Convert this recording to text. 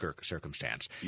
circumstance